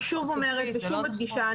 אני שוב אומרת ושוב מדגישה,